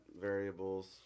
variables